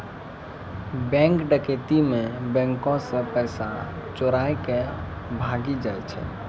bank डकैती मे बैंको से पैसा चोराय के भागी जाय छै